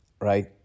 Right